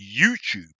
YouTube